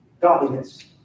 godliness